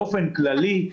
באופן כללי,